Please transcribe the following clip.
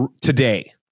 today